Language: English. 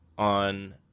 On